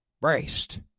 braced